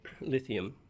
lithium